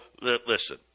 listen